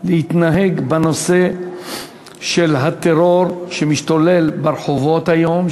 להתנהג בנושא של הטרור שמשתולל ברחובות היום,